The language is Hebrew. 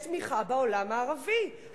יש תמיכה בעולם הערבי,